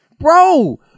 Bro